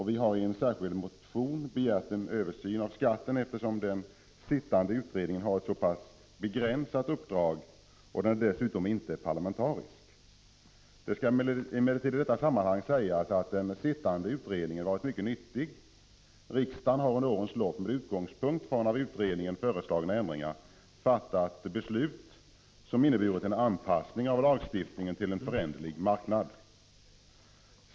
Vi har i en särskild motion begärt en översyn av skatten, eftersom den sittande utredningen har ett så pass begränsat uppdrag och den dessutom inte är parlamentarisk. Det skall emellertid i detta sammanhang sägas att den sittande utredningen varit mycket nyttig. Riksdagen har under årens lopp med utgångspunkt från av utredningen föreslagna ändringar fattat beslut som inneburit en anpassning av lagstiftningen till en föränderlig marknad.